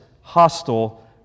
hostile